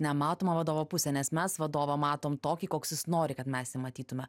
nematomą vadovo pusę nes mes vadovą matom tokį koks jis nori kad mes jį matytume